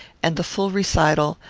and the full recital,